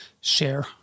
share